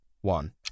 one